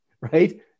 right